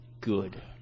good